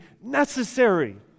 necessary